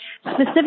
specific